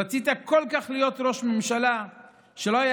רצית כל כך להיות ראש ממשלה שלא היה